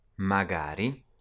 Magari